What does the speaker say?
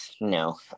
no